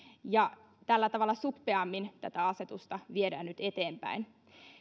ja tällä tavalla suppeammin tätä asetusta viedään nyt eteenpäin